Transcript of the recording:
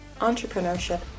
entrepreneurship